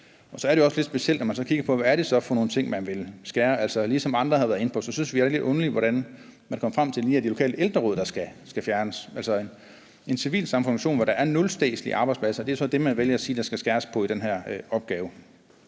Så er det jo også lidt specielt, når man så kigger på, hvad det er for nogle ting, man vil skære. Ligesom andre har været inde på, synes vi, det er lidt underligt, hvordan man kom frem til, at det lige er de lokale ældreråd, der skal fjernes, altså en civilsamfundsfunktion, hvor der er nul statslige arbejdspladser. Det er så det, man vælger at sige der skal skæres på i den her opgave.